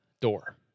door